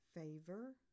Favor